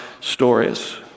stories